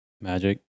Magic